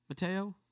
Mateo